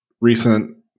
recent